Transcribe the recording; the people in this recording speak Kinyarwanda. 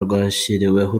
rwashyiriweho